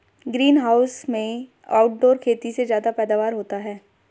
green gas house में outdoor खेती से ज्यादा पैदावार होता है